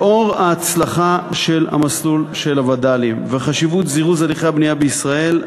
לאור ההצלחה של המסלול של הווד"לים וחשיבות זירוז הליכי הבנייה בישראל,